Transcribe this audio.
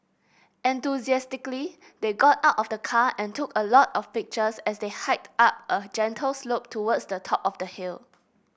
enthusiastically they got out of the car and took a lot of pictures as they hiked up a gentle slope towards the top of the hill